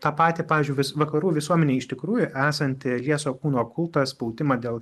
tą patį pavyzdžiui vakarų visuomenėj iš tikrųjų esantį lieso kūno kultą spaudimą dėl